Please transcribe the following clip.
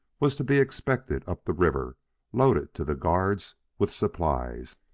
was to be expected up the river loaded to the guards with supplies.